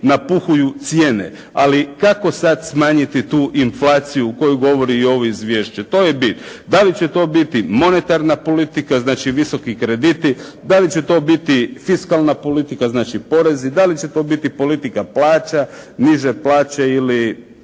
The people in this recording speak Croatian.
napuhuju cijene. Ali kako sada smanjiti tu inflaciju o kojoj govori i ovo izvješće. To je bit. Da li će to biti monetarna politika, znači visoki krediti, da li će to biti fiskalna politika, znači porezi, da li će to biti politika plaća, niže plaće ili